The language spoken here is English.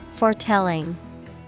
Foretelling